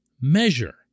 measure